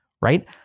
Right